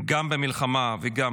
גם במלחמה וגם